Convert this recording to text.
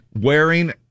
wearing